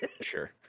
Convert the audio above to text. Sure